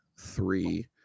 three